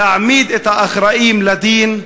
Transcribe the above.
להעמיד את האחראים לדין,